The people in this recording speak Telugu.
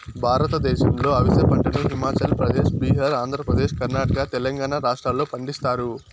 భారతదేశంలో అవిసె పంటను హిమాచల్ ప్రదేశ్, బీహార్, ఆంధ్రప్రదేశ్, కర్ణాటక, తెలంగాణ రాష్ట్రాలలో పండిస్తారు